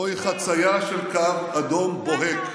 זוהי חצייה של קו אדום בוהק.